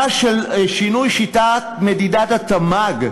שינוי שיטת התמ"ג,